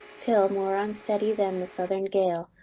till, more unsteady then the southern gale,